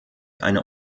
einer